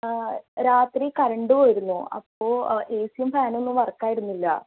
ആ രാത്രി കറണ്ട് പോയിരുന്നു അപ്പോൾ എ സിയും ഫാനും ഒന്നും വർക്ക് ആയിരുന്നില്ല